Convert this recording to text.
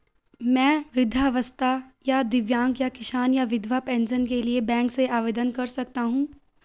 मैं वृद्धावस्था या दिव्यांग या किसान या विधवा पेंशन के लिए बैंक से आवेदन कर सकता हूँ?